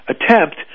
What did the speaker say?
attempt